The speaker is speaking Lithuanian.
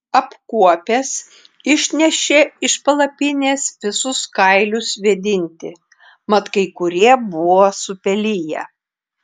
apkuopęs išnešė iš palapinės visus kailius vėdinti mat kai kurie buvo supeliję